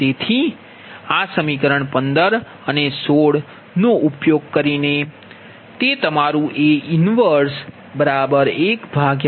તેથી સમીકરણ 15 અને 16 નો ઉપયોગ કરીને તે તમારું A 113ATછે